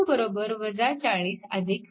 म्हणून v2 40 v3